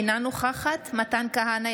אינה נוכחת מתן כהנא,